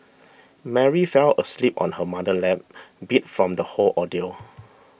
Mary fell asleep on her mother's lap beat from the whole ordeal